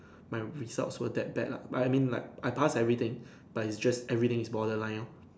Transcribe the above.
my results were that bad lah but I mean like I pass everything but is just everything is borderline lor